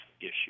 issue